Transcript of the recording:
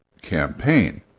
campaign